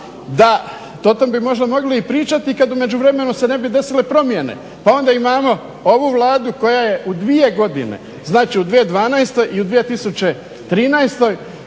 da, o tom bi možda mogli i pričati kad u međuvremenu se ne bi desile promjene, pa onda imamo ovu Vladu koja je u 2 godine, znači u 2012. i 2013.